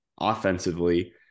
offensively